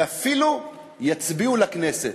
ואפילו יצביעו לכנסת.